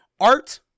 Art